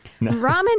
Ramen